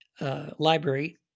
library